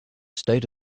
state